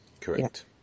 Correct